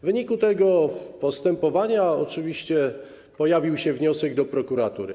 W wyniku tego postępowania oczywiście pojawił się wniosek do prokuratury.